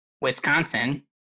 wisconsin